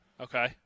Okay